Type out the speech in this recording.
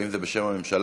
האם זה בשם הממשלה?